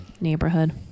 neighborhood